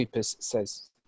says